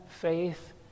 faith